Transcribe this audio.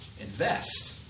invest